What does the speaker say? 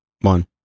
one